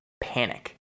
panic